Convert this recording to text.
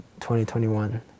2021